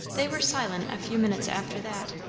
they were silent a few minutes after that,